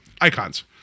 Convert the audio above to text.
icons